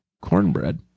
cornbread